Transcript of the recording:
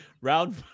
Round